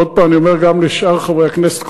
ושוב אני אומר גם לשאר חברי הכנסת,